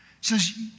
Says